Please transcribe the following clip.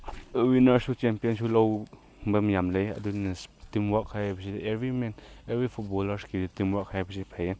ꯋꯤꯅꯔꯁꯁꯨ ꯆꯦꯝꯄꯤꯌꯟꯁꯨ ꯂꯧꯕ ꯃꯌꯥꯝ ꯂꯩ ꯑꯗꯨꯅ ꯇꯤꯝꯋꯥꯔꯛ ꯍꯥꯏꯕꯁꯤꯗꯤ ꯑꯦꯚ꯭ꯔꯤ ꯃꯦꯟ ꯑꯦꯚ꯭ꯔꯤ ꯐꯨꯠꯕꯣꯜꯂꯔꯁꯀꯤꯗꯤ ꯇꯤꯝꯋꯥꯔꯛ ꯍꯥꯏꯕꯁꯦ ꯐꯩꯌꯦ